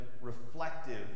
reflective